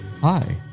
Hi